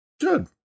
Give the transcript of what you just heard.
Good